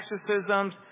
exorcisms